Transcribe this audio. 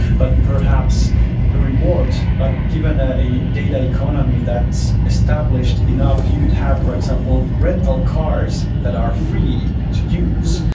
but perhaps the rewards like given that ah a data economy that's established enough, you could have, for example, rental cars that are free to use,